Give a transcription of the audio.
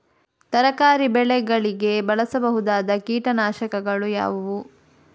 ತರಕಾರಿ ಬೆಳೆಗಳಿಗೆ ಬಳಸಬಹುದಾದ ಕೀಟನಾಶಕಗಳು ಯಾವುವು?